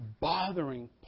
bothering